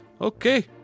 okay